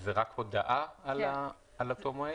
זה רק הודעה על אותו מועד?